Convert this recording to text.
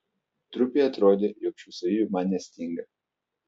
trupei atrodė jog šių savybių man nestinga